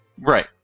Right